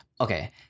okay